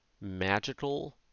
magical